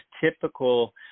typical